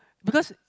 because